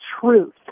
truth